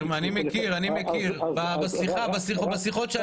רגע, ה-3,000 חוסנו בבתים